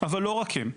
כלומר,